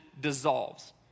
dissolves